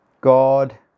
God